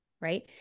right